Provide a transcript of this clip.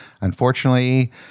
unfortunately